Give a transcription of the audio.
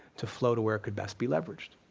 to flow to where it could best be leveraged.